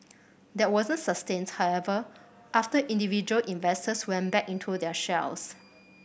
that wasn't sustains however after individual investors went back into their shells